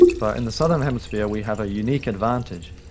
but in the southern hemisphere we have a unique advantage,